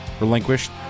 relinquished